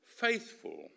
faithful